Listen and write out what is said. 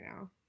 now